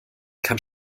kann